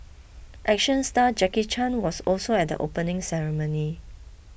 action star Jackie Chan was also at the opening ceremony